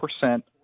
percent